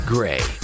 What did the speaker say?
Gray